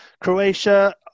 croatia